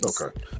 Okay